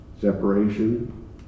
separation